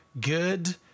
good